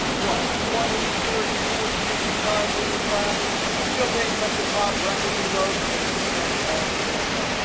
what twenty, thirty, forty, fifty times in this class field names at the top, records in rows, and empty cells all the way around.